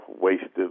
wasted